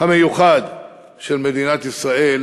המיוחד של מדינת ישראל